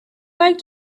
like